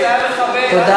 זה היה מחבל.